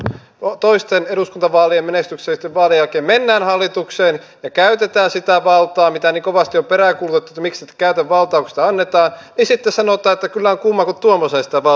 nyt kun toisten eduskuntavaalien menestyksellisten vaalien jälkeen mennään hallitukseen ja käytetään sitä valtaa mitä niin kovasti on peräänkuulutettu että miksi et käytä valtaa kun sitä annetaan niin sitten sanotaan että kyllä on kumma kun tuommoiseen sitä valtaa käytätte